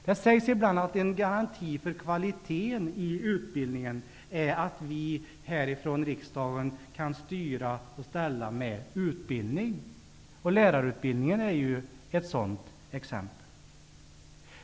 Det sägs ibland att en garanti för kvaliteten i utbildningen är att vi här ifrån riksdagen kan styra och ställa med utbildning. Lärarutbildningen är ju ett sådant exempel.